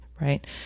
right